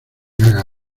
haga